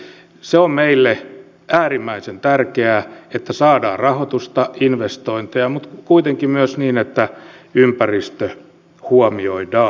se on meille äärimmäisen tärkeää että saadaan rahoitusta ja investointeja mutta kuitenkin myös niin että ympäristö huomioidaan